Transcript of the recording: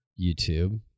YouTube